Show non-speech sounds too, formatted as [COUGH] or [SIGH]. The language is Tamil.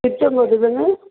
[UNINTELLIGIBLE] தானே